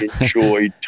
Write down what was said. enjoy